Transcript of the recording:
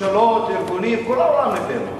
ממשלות וארגונים, כל העולם נגדנו.